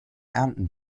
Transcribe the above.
ernten